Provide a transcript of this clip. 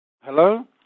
hello